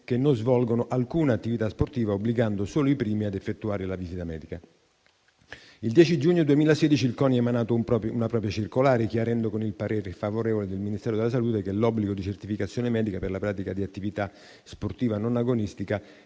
che non svolgono alcuna attività sportiva, obbligando solo i primi ad effettuare la visita medica. Il 10 giugno 2016 il CONI emanato una propria circolare, chiarendo con il parere favorevole del Ministero della salute, che l'obbligo di certificazione medica per la pratica di attività sportiva non agonistica